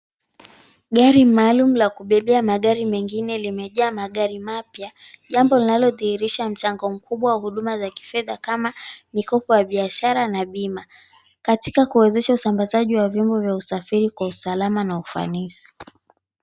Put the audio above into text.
Gari maalum la kubebea magari mengine limejaa magari mapya, jambo jambo linalodhihirisha mchango mkubwa wa huduma za kifedha kama mikopo ya biashara na bima katika kuwezesha usambazaji wa viombo vya usafiri kwa usalama na ufanisi.